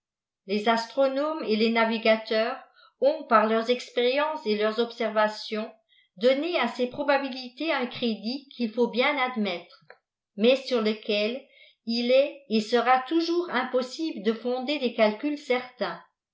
les astronomes et les nrvigateurs ont par leurs fsxpériences et leurs observations donné à ces probabilités un crédit quil faut bien admettre mais sur lequel il est et sera toujours impossible de fonder des calculs certains